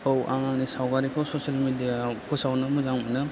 औ आं आंनि सावगारिखौ ससियेल मेदिया याव फोसावनो मोजां मोनो